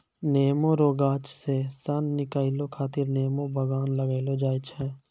नेमो रो गाछ से सन निकालै खातीर नेमो बगान लगैलो जाय छै